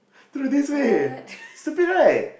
through this way stupid right